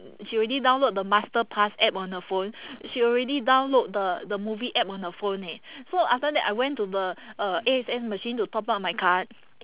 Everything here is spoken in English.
she already download the Masterpass app on her phone she already download the the movie app on her phone eh so after that I went to the uh A_X_S machine to top up my card